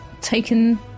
taken